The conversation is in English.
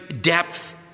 depth